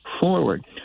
forward